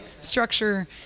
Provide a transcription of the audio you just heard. structure